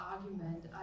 argument